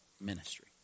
ministry